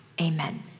amen